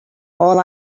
all